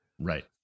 right